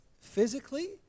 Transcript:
physically